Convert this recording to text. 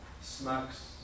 smacks